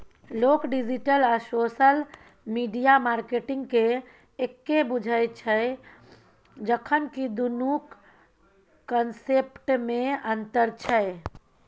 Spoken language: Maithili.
लोक डिजिटल आ सोशल मीडिया मार्केटिंगकेँ एक्के बुझय छै जखन कि दुनुक कंसेप्टमे अंतर छै